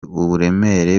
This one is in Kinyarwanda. uburemere